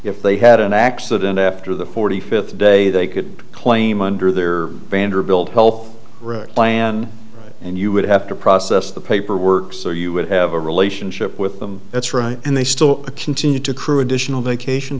if they had an accident after the forty fifth day they could claim under their vanderbilt help plan and you would have to process the paperwork so you would have a relationship with them that's right and they still continued to crew additional vacation